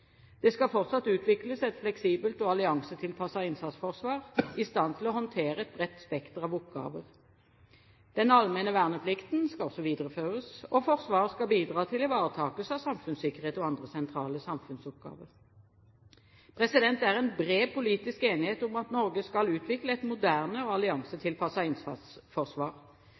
Det fortsatt skal utvikles et fleksibelt og alliansetilpasset innsatsforsvar i stand til å håndtere et bredt spekter av oppgaver. Den allmenne verneplikten skal videreføres. Forsvaret skal bidra til ivaretakelse av samfunnssikkerhet og andre sentrale samfunnsoppgaver. Det er en bred politisk enighet om at Norge skal utvikle et moderne og alliansetilpasset innsatsforsvar.